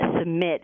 submit